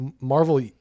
Marvel